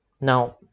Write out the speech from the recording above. now